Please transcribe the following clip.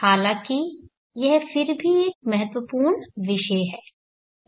हालाँकि यह फिर भी एक महत्वपूर्ण विषय है